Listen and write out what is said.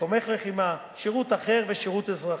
כתומך לחימה, שירות אחר ושירות אזרחי.